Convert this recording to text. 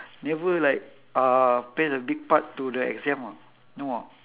never like uh play the big part to the exam ah no ah